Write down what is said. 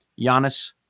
Giannis